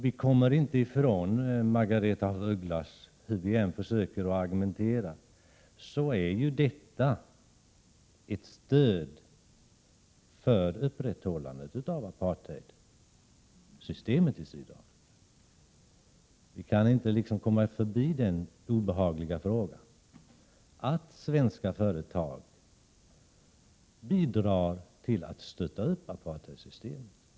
Vi kan inte komma ifrån, Margaretha av Ugglas, hur vi än försöker argumentera, att detta är ett stöd för upprätthållandet av aparheidsystemet i Sydafrika. Vi kan inte komma ifrån det obehagliga faktum att svenska företag bidrar till att stötta apartheidsystemet.